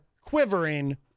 quivering